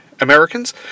Americans